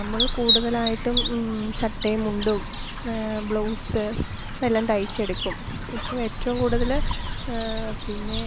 നമ്മൾ കൂടുതലായിട്ടും ചട്ടേമ്മുണ്ടും ബ്ലൗസ് എല്ലാം തയ്ച്ചെടുക്കും ഇപ്പോള് ഏറ്റവും കൂടുതല് പിന്നെ